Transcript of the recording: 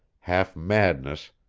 half madness,